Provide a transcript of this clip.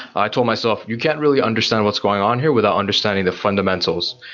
i told myself, you can't really understand what's going on here without understanding the fundamentals.